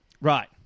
Right